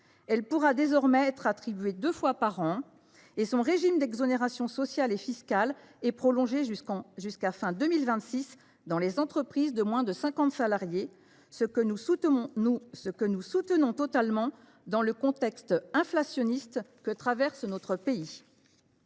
Elle pourra désormais être attribuée deux fois par an, et son régime d’exonérations sociales et fiscales est prolongé jusqu’à fin 2026 pour les entreprises de moins de 50 salariés, ce que nous soutenons pleinement dans le contexte inflationniste que traverse notre pays.